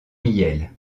mihiel